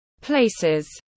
places